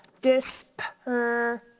dis per